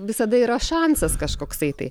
visada yra šansas kažkoksai tai